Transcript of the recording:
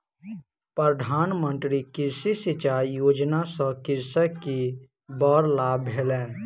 प्रधान मंत्री कृषि सिचाई योजना सॅ कृषक के बड़ लाभ भेलैन